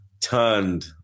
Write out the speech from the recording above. turned